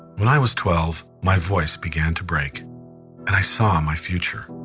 when i was twelve, my voice began to break and i saw my future.